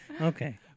Okay